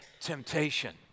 temptation